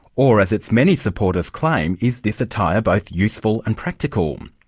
or, as its many supporters claim, is this attire both useful and practical? um